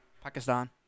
Pakistan